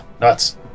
Nuts